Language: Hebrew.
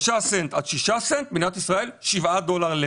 3 סנט עד 6 סנט בחוץ לארץ, בישראל 7 דולר.